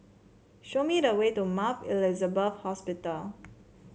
show me the way to Mount Elizabeth Hospital